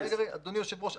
אדוני היושב-ראש,